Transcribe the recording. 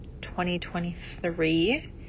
2023